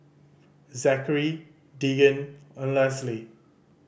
Zachary Deegan and Lesly